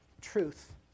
Truth